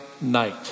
night